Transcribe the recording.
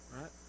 right